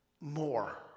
more